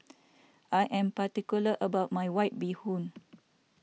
I am particular about my White Bee Hoon